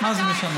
מה זה משנה?